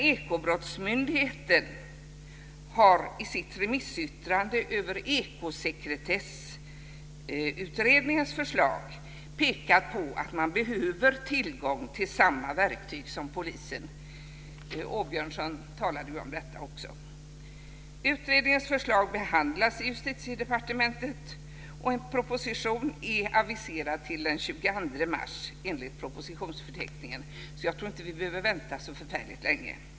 Ekobrottsmyndigheten har också i sitt remissyttrande över Ekosekretessutredningens förslag pekat på att man behöver ha tillgång till samma verktyg som polisen. Åbjörnsson talade om det också. Utredningens förslag behandlas nu i Justitiedepartementet och en proposition är aviserad till den 22 mars enligt propositionsförteckningen, så jag tror inte att vi behöver vänta så länge.